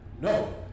No